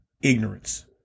Ignorance